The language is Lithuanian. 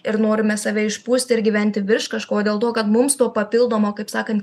ir norime save išpūsti ir gyventi virš kažko o dėl to kad mums to papildomo kaip sakant